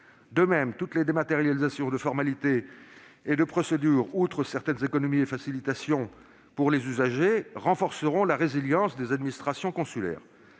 De même, toutes les dématérialisations de formalités et de procédures offriront certaines économies et facilitations pour les usagers, mais renforceront surtout la résilience des administrations consulaires.